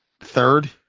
Third